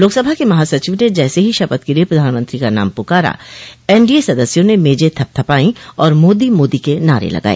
लोकसभा के महासचिव ने जैसे ही शपथ के लिए प्रधानमंत्री का नाम पुकारा एनडीए सदस्यों ने मेजें थपथपाई और मोदी मोदी के नारे लगाए